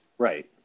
Right